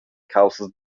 caussas